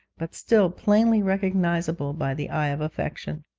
but still plainly recognisable by the eye of affection.